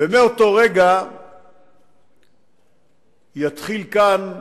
ובאותו רגע יתחיל כאן בציון,